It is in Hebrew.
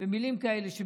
מילים כאלה.